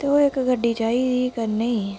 ते ओह् इक गड्डी चाहिदी ही करने ई